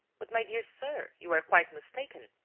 but, my dear sir, you are quite mistaken.